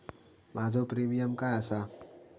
माझो प्रीमियम काय आसा?